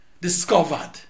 discovered